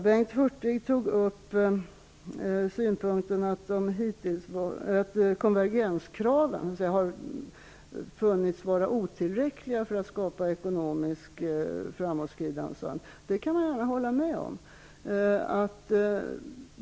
Bengt Hurtig tog upp synpunkten att konvergenskraven har funnits vara otillräckliga för att skapa ekonomiskt framåtskridande. Det kan jag gärna hålla med om.